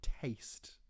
taste